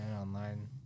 online